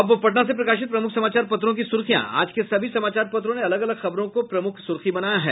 अब पटना से प्रकाशित प्रमुख समाचार पत्रों की सुर्खियां आज के सभी समाचार पत्रों ने अलग अलग खबरों को प्रमुख सुर्खी बनाया है